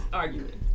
argument